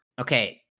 Okay